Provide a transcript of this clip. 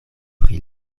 pri